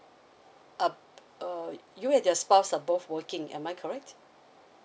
uh b~ uh you and your spouse are both working am I correct